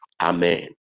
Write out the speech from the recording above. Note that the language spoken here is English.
Amen